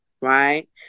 right